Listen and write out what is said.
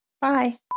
Bye